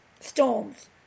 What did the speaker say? storms